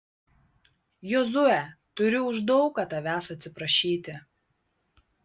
jozue turiu už daug ką tavęs atsiprašyti